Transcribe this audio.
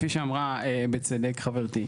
כפי שאמרה בצדק חברתי,